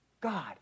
God